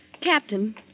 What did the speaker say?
Captain